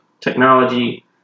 technology